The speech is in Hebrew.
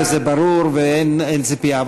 זה ברור ואין ציפייה.